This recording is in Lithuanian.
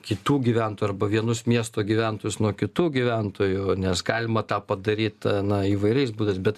kitų gyventojų arba vienus miesto gyventojus nuo kitų gyventojų nes galima tą padaryt na įvairiais būdais bet